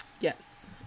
Yes